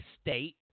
state